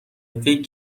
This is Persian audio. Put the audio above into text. فکر